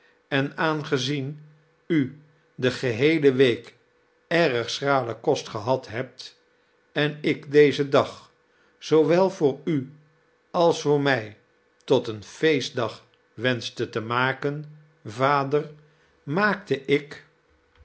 en aangezien u de geheele week erg schralen kost geliad hebt en ik dozen dag zoowel voor u als voor mij tot een fees t dag wensehte te maken vader maakte ik